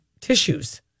tissues